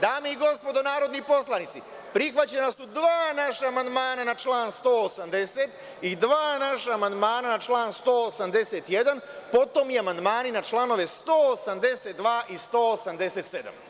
Dame i gospodo narodni poslanici prihvaćena su dva naša amandmana na član 180. i dva naša amandmana na 181, potom i amandmani na članove 182. i 187.